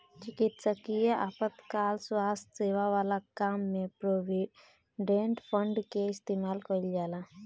चिकित्सकीय आपातकाल स्वास्थ्य सेवा वाला काम में प्रोविडेंट फंड के इस्तेमाल कईल जाला